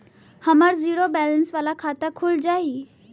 हमार zero balance वाला खाता खुल जाई?